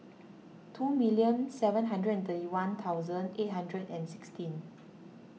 two million seven hundred thirty one thousand eight hundred and sixteen